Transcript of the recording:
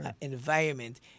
environment